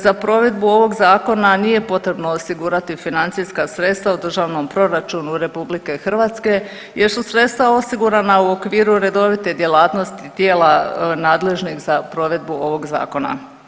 Za provedbu ovog Zakona nije potrebno osigurati financijska sredstva u državnom proračunu RH jer su sredstva osigurana u okviru redovite djelatnosti tijela nadležnih za provedbu ovog Zakona.